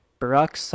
Barack